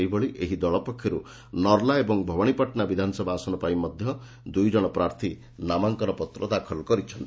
ସେହିଭଳି ଏହି ଦଳ ପକ୍ଷର୍ ନର୍ଲା ଏବଂ ଭବାନୀପାଟଣା ବିଧାନସଭା ଆସନ ପାଇଁ ମଧ୍ଧ ଦଳ ପକ୍ଷରୁ ଦୁଇ ଜଣ ପ୍ରାର୍ଥୀ ନାମାଙ୍କନ ପତ୍ର ଦାଖଲ କରିଛନ୍ତି